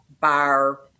bar